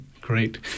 Great